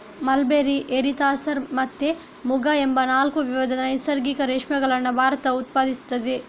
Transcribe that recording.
mulberry, eri, tasar ಮತ್ತೆ ಮುಗ ಎಂಬ ನಾಲ್ಕು ವಿಧದ ನೈಸರ್ಗಿಕ ರೇಷ್ಮೆಗಳನ್ನ ಭಾರತವು ಉತ್ಪಾದಿಸ್ತದೆ